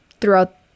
throughout